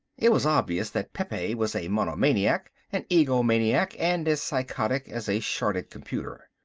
it was obvious that pepe was a monomaniac, an egomaniac, and as psychotic as a shorted computer.